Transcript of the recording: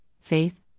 faith